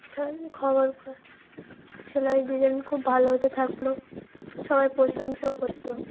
খবর পা সেলাই ডিজাইন খুব ভালো হতে থাকলো সবাই প্রশংসাও করতো